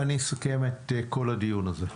ואני אסכם את כל הדיון הזה.